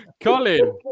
Colin